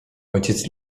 ojciec